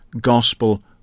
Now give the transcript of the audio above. gospel